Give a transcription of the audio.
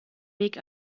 weg